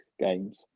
games